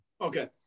Okay